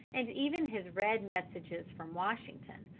and even his red messages from washington,